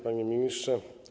Panie Ministrze!